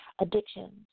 Addictions